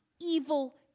evil